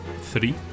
three